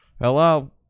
Hello